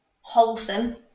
Wholesome